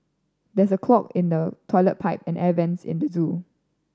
there is a clog in the toilet pipe and air vents at the zoo